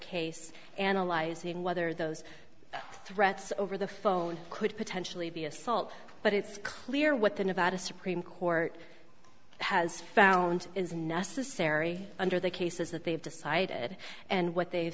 case analyzing whether those threats over the phone could potentially be assault but it's clear what the nevada supreme court has found is necessary under the cases that they've decided and what they